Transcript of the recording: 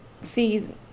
see